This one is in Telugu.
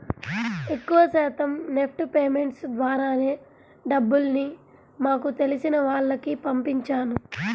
ఎక్కువ శాతం నెఫ్ట్ పేమెంట్స్ ద్వారానే డబ్బుల్ని మాకు తెలిసిన వాళ్లకి పంపించాను